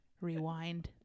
Rewind